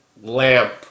lamp